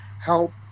help